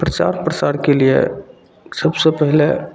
प्रचार प्रसारके लिए सबसे पहिले